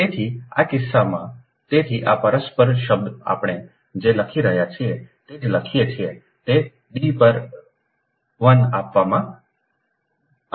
તેથી આ કિસ્સામાં તેથી આ પરસ્પર શબ્દ આપણે જે લખી રહ્યા છીએ તે જ લખીએ છીએ તે d પર 1 આપવામાં આવ્યું હતું